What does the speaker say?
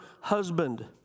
husband